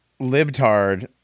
libtard